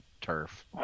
turf